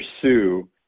pursue